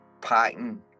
packing